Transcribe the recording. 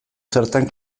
zertan